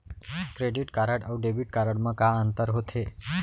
Credit card अऊ debit card मा का अंतर होथे?